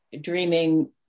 dreaming